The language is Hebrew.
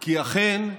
כי אכן,